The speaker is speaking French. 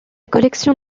collection